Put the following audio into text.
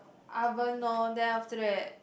oven lor then after that